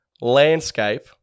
landscape